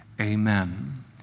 amen